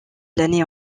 l’année